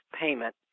payment